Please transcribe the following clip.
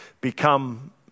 become